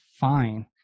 fine